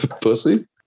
Pussy